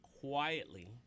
quietly